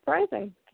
surprising